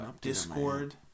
Discord